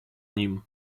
nim